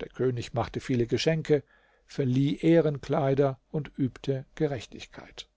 der könig machte viele geschenke verlieh ehrenkleider und übte gerechtigkeit